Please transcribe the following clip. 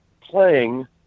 playing